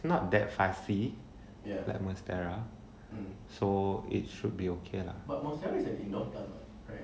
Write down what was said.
not that fussy like monstera so it should be okay lah